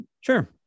sure